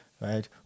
right